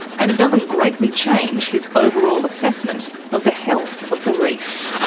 and it doesn't greatly change his overall assessment of the health of the reef.